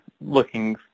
looking